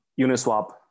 Uniswap